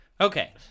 Okay